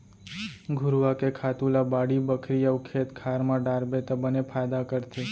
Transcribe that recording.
घुरूवा के खातू ल बाड़ी बखरी अउ खेत खार म डारबे त बने फायदा करथे